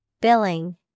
Billing